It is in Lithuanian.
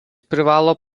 privalo